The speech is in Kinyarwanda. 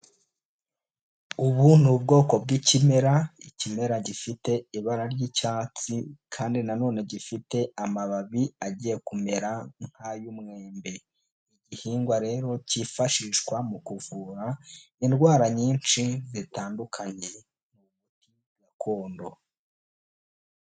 Ubu ni ubwoko bw'ikimera, ikimera gifite ibara ry'icyatsi kandi na none gifite amababi agiye kumera nk'ay'umwembe, igihingwa rero cyifashishwa mu kuvura indwara nyinshi zitandukanye gakondo.